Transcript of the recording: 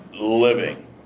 living